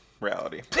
reality